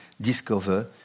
discover